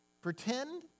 Pretend